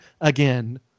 again